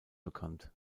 bekannt